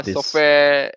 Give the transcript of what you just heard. Software